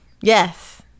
yes